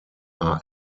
are